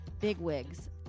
bigwigs